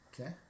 Okay